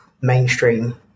mainstream